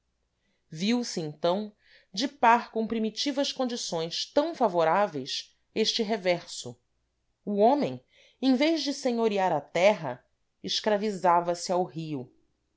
zona viu-se então de par com primitivas condições tão favoráveis este reverso o homem em vez de senhorear a terra escravizava se ao rio